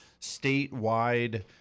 statewide